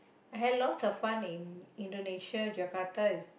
I had lots of fun in Indonesia Jakarta